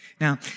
Now